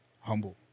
humble